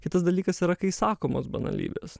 kitas dalykas yra kai sakomos banalybės